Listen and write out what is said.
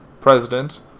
president